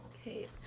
Okay